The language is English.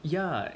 yeah